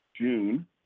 June